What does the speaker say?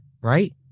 right